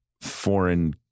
foreign